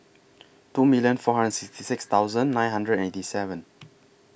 two million four hundred and sixty six thousand nine hundred and eighty seven